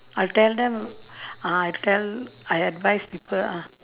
I'll tell them ah I tell I advise people ah